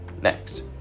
next